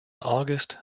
august